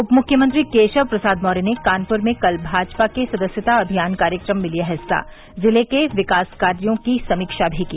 उपमुख्यमंत्री केशव प्रसाद मौर्य ने कानपुर में कल भाजपा के सदस्यता अभियान कार्यक्रम में लिया हिस्सा जिले के विकास कार्यो की समीक्षा भी की